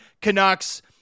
Canucks